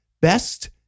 Best